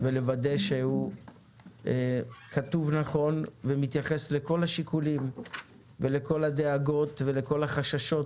ולוודא שהוא כתוב נכון ומתייחס לכל השיקולים ולכל הדאגות והחששות